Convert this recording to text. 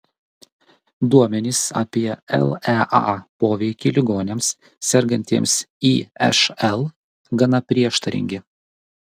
duomenys apie lea poveikį ligoniams sergantiems išl gana prieštaringi